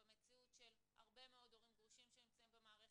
במציאות של הרבה מאוד הורים גרושים שנמצאים במערכת,